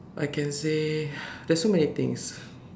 I can say there's so many things